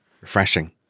Refreshing